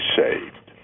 saved